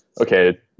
okay